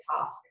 task